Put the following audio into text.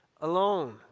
alone